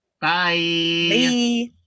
bye